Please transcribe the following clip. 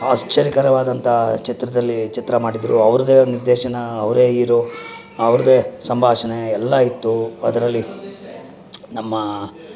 ಆಶ್ಚರ್ಯಕರವಾದಂತಹ ಚಿತ್ರದಲ್ಲಿ ಚಿತ್ರ ಮಾಡಿದ್ದರು ಅವ್ರದ್ದೇ ನಿರ್ದೇಶನ ಅವರೇ ಹೀರೋ ಅವ್ರದ್ದೇ ಸಂಭಾಷಣೆ ಎಲ್ಲ ಇತ್ತು ಅದರಲ್ಲಿ ನಮ್ಮ